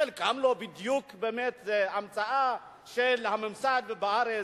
חלקם לא בדיוק, באמת, זו המצאה של הממסד בארץ,